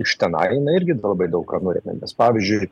iš tenai jinai irgi labai daug ką nulemia nes pavyzdžiui